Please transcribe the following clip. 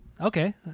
Okay